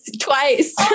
Twice